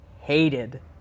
hated